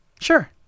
Sure